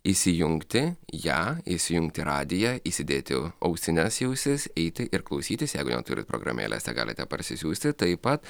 įsijungti ją įsijungti radiją įsidėti ausines į ausis eiti ir klausytis jeigu neturit programėles ją galite parsisiųsti taip pat